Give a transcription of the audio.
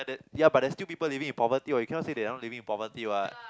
that ya but there are still people living in poverty what you cannot say they are not living in poverty [what]